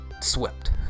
swept